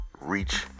reach